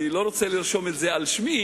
אני לא רוצה לרשום את זה על שמי,